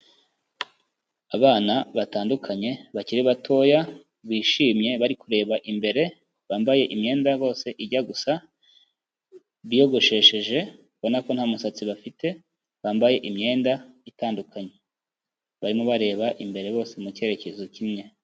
Abana batandukanye bakiri batoya bishimye bari kureba imbere, bambaye imyenda bose ijya gusa, biyogoshesheje ubona ko nta musatsi bafite, bambaye imyenda itandukanye, barimo bareba imbere bose mu cyerekezo kimwe.